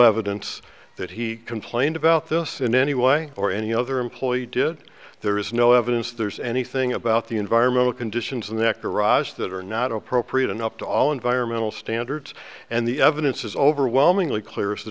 evidence that he complained about this in any way or any other employee did there is no evidence there's anything about the environmental conditions in that garage that are not appropriate and up to all environmental standards and the evidence is overwhelmingly clear if the